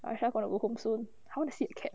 aisah gonna go home soon I want to see his cat